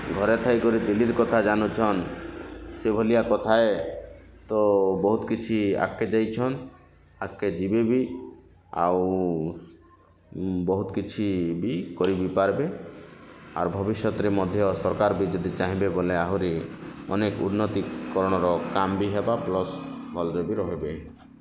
ଘରେ ଥାଇ କରି ଦିଲ୍ଲୀର୍ କଥା ଜାନୁଛନ୍ ସେ ଭଳିଆ କଥାଏ ତ ବହୁ କିଛି ଆଗ୍କେ ଯାଇଛନ୍ ଆଗ୍କେ ଯିବେ ବି ଆଉ ବହୁତ୍ କିଛି ବି କରି ପାରିବେ ଆର୍ ଭବିଷ୍ୟତରେ ମଧ୍ୟ ସରକାର୍ ବି ଯଦି ଚାହିଁବେ ବୋଲେ ଆହୁରି ଅନେକ୍ ଉନ୍ନତିକରଣର କାମ୍ ବି ହବ ପ୍ଲସ୍ ଭଲ୍ରେ ବି ରହିବେ